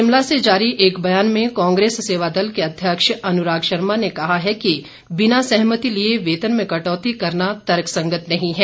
शिमला से जारी एक बयान में कांग्रेस सेवादल के अध्यक्ष अनुराग शर्मा ने कहा है कि बिना सहमति लिए वेतन में कटौती करना तर्कसंगत नहीं है